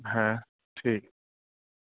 হ্যাঁ ঠিক